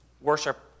worship